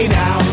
now